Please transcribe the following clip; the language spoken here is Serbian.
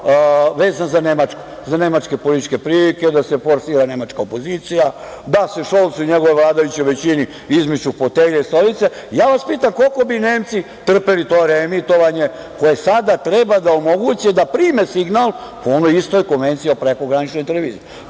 vezan za nemačke političke prilike, da se forsira nemačka opozicija, da se Šolc i njegova vladajuća većina izmiču fotelje i stolice? Ja vas pitam koliko bi Nemci trpeli to reemitovanje koje sada treba da omoguće da prime signal po onoj istoj Konvenciji o prekograničnoj televiziji?